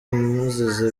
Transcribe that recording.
amuziza